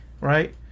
right